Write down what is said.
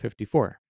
54